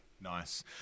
Nice